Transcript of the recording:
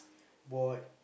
bought